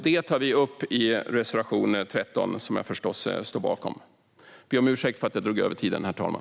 Det tar vi upp i reservation 13, som jag förstås står bakom. Jag ber om ursäkt för att jag drog över talartiden, herr talman.